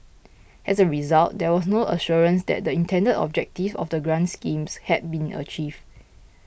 as a result there was no assurance that the intended objectives of the grant schemes had been achieved